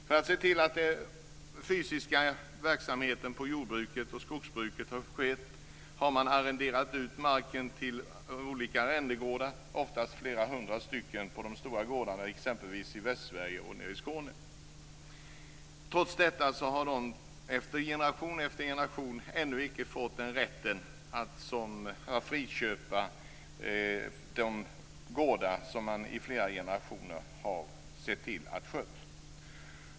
För att se till att den fysiska verksamheten på jord och skogsbruken fungerar har man arrenderat ut marken till olika arrendegårdar. På de stora gårdarna har det ofta varit flera hundra stycken, exempelvis i Västsverige och nere i Skåne. Trots detta har arrendatorerna ännu icke fått rätten att friköpa de gårdar de i generationer sett till att sköta.